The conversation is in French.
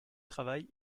travail